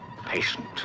patient